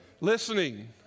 Listening